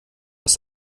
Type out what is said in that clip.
ist